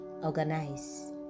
organize